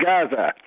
Gaza